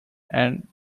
and